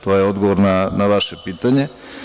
To je odgovor na vaše pitanje.